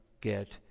get